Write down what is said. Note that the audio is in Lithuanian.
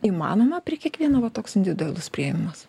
įmanoma prie kiekvieno va toks individualus priėjimas